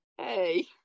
hey